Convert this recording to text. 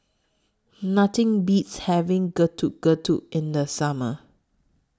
Nothing Beats having Getuk Getuk in The Summer